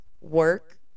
work